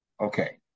Okay